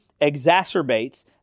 exacerbates